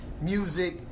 Music